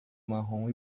marrom